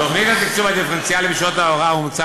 תוכנית התקצוב הדיפרנציאלי של שעות ההוראה אומצה